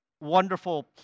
wonderful